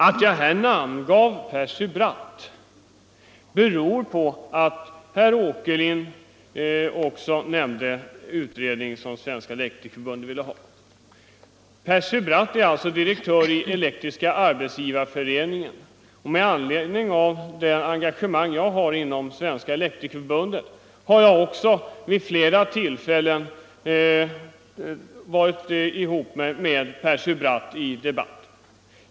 Att jag här namngav Percy Bratt berodde på att även herr Åkerlind nämnde den utredning som Svenska elektrikerförbundet ville ha. Percy Bratt är direktör i Elektriska arbetsgivareföreningen, och med det engagemang som jag har inom Svenska elektrikerförbundet har jag vid flera tillfällen varit i debatt med Percy Bratt.